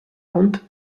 hund